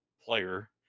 player